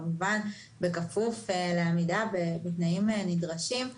כמובן בכפוף לעמידה בתנאים נדרשים.